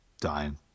dying